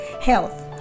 health